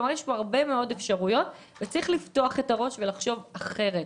צריך לפתוח את הראש בשנת 2022